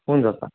ಹ್ಞೂ ದೋಸ್ತ